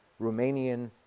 Romanian